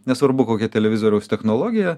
nesvarbu kokia televizoriaus technologija